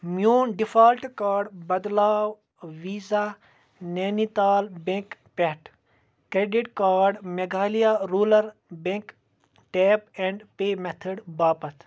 میٛون default card بدلاو Visa Nainital bank پٮ۪ٹھٕ credit card Meghalaya rural bank tap and pay method باپتھ